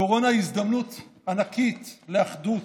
הקורונה היא הזדמנות ענקית לאחדות,